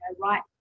right